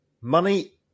Money